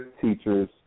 teachers